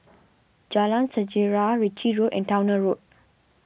Jalan Sejarah Ritchie Road and Towner Road